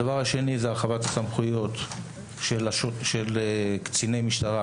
הדבר השני זה הרחבת סמכויות של קציני משטרה,